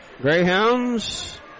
Greyhounds